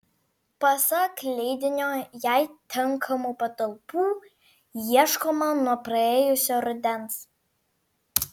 pasak leidinio jai tinkamų patalpų ieškoma nuo praėjusio rudens